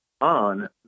on